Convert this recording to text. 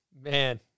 Man